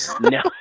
No